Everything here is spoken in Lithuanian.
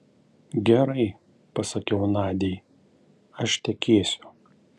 gerai pasakiau nadiai aš tekėsiu